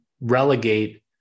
relegate